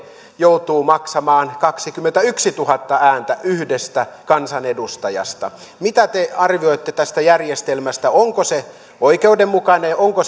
joutuu maksamaan kaksikymmentätuhatta ääntä yhdestä kansanedustajasta mitä te arvioitte tästä järjestelmästä onko se oikeudenmukainen ja onko